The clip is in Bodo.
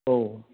औ